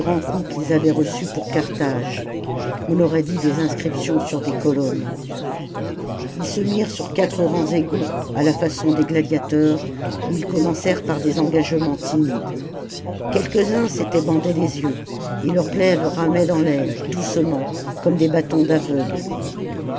qu'ils avaient reçus pour carthage on aurait dit des inscriptions sur des colonnes ils se mirent sur quatre rangs égaux à la façon des gladiateurs et ils commencèrent par des engagements timides quelques-uns s'étaient bandé tes yeux et leurs glaives ramaient dans l'air doucement comme des bâtons d'aveugle